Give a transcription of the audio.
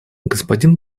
господин